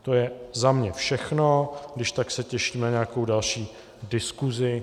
To je za mě všechno, když tak se těším na nějakou další diskusi.